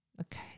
Okay